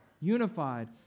unified